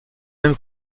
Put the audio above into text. même